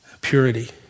purity